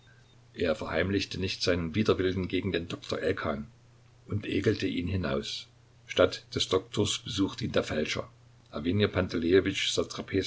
er verheimlichte nicht seinen widerwillen gegen den doktor elkan und ekelte ihn hinaus statt des doktors besuchte ihn der feldscher